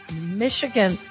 Michigan